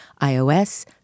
iOS